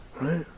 right